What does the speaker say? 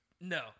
No